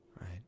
right